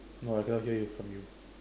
no I cannot hear it from you